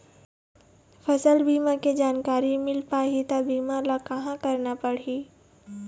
फसल बीमा के जानकारी मिल पाही ता बीमा ला कहां करना पढ़ी?